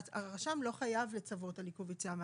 הרשם לא חייב לצוות על עיכוב יציאה מהארץ.